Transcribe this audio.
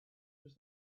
does